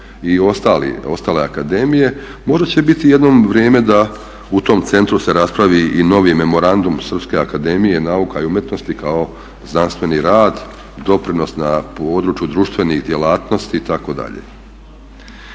i ostale akademije, možda će biti jednom vrijeme da u tom centru se raspravi i novi memorandum Srpske akademije nauka i umetnosti kao znanstveni rad, doprinos na području društvenih djelatnosti itd.